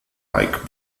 like